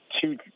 two